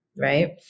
Right